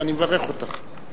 אני מברך אותך.